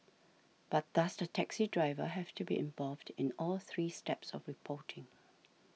but does the taxi driver have to be involved in all three steps of reporting